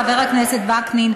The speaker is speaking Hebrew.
חבר הכנסת וקנין,